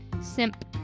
Simp